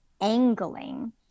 angling